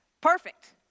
Perfect